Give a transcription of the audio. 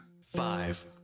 five